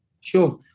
sure